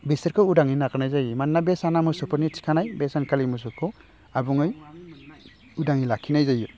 बेसोरखौ उदाङै नागारनाय जायो मानोना बे सानआ मोसौफोरनि थिखानाय बे सानखालि मोसौखौ आबुङै उदाङै लाखिनाय जायो